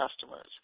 customers